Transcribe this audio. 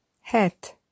Hat